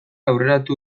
aurreratu